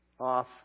off